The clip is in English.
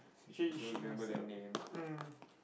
she she messed it up mm